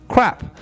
Crap